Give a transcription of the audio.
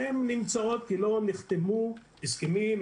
שהן נמצאות כי לא נחתמו הסכמים.